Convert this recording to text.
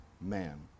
man